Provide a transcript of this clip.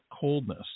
coldness